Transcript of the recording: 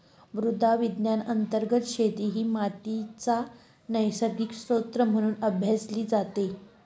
मृदा विज्ञान अंतर्गत शेती ही मातीचा नैसर्गिक स्त्रोत म्हणून अभ्यासली जाते